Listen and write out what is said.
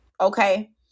okay